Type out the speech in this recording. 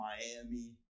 Miami